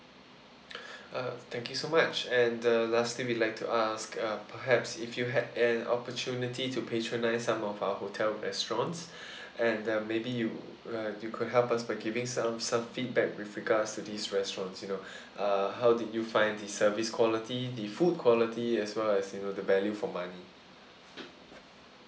uh thank you so much and uh lastly we like to ask uh perhaps if you had an opportunity to patronise some of our hotel restaurants and uh maybe you uh you could help us by giving some some feedback with regards to these restaurants you know uh how did you find the service quality the food quality as well as you know the value for money